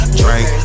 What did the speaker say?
drink